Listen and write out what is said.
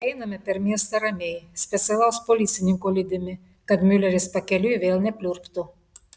einame per miestą ramiai specialaus policininko lydimi kad miuleris pakeliui vėl nepliurptų